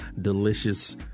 delicious